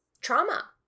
trauma